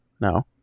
No